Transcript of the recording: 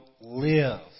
live